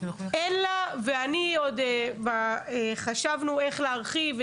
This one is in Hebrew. אין לה, וחשבנו איך להרחיב.